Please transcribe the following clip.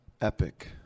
epic